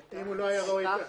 אם הוא לא היה, לא הייתה מה?